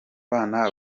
bana